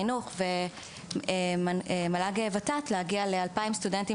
לנו ובשיתוף עם שר החינוך ומל"ג-ות"ת להגיע ל-2,000 סטודנטים